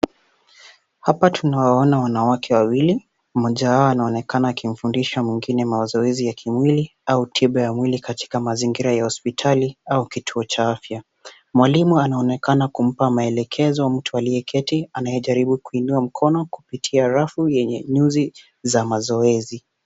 Hapa tunawaona wanawake wawili, mmoja wao anaonekana akimfundisha mwingine mazoezi ya kimwili au tiba ya mwili katika mazingira ya hospitali au kituo cha afya. Mwalimu anaonekana kumpa maelekezo mtu aliyeketi anayejaribu kuinua mkono kupitia rafu yenye nyuzi za mazoezi.